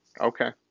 Okay